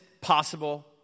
possible